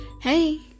hey